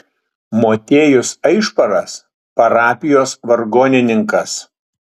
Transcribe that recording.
motiejus aišparas parapijos vargonininkas